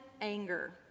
anger